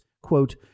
Quote